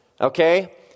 okay